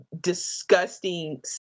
disgusting